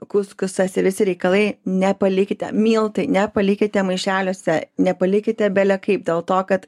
kuskusas visi reikalai nepalikite miltai nepalikite maišeliuose nepalikite bele kaip dėl to kad